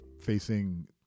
facing